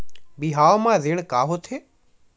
बिहाव म ऋण का होथे?